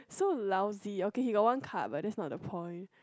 so lousy okay he got one card but there's not the point